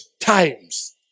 times